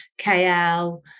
KL